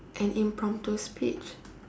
an impromptu speech